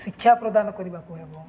ଶିକ୍ଷା ପ୍ରଦାନ କରିବାକୁ ହେବ